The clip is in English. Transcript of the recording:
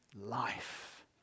life